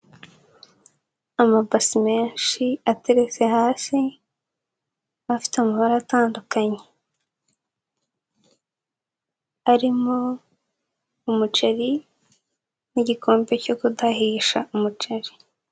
Amabasi menshi ateretse hasi afite amabara atandukanye arimo umuceri n'igikombe cyo kudahisha umuceri.